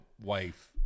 wife